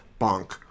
bonk